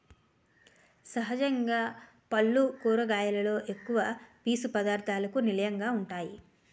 సహజంగా పల్లు కూరగాయలలో ఎక్కువ పీసు పధార్ధాలకు నిలయంగా వుంటాయి